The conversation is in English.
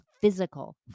physical